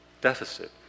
deficit